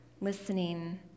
listening